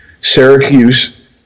Syracuse